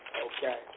Okay